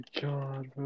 god